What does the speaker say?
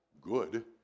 good